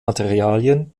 materialien